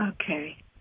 Okay